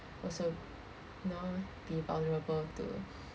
also know be vulnerable to